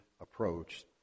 approach